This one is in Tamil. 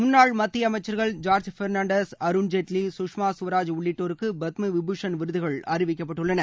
முன்னாள் மத்திய அமைச்சர்கள் ஜார்ஜ் பெர்ணான்டஸ் அருண்ஜேட்லி கஷ்மா ஸ்வராஜ் உள்ளிட்டோருக்கு பத்ம விபூஷண் விருதுகள் அறிவிக்கப்பட்டுள்ளன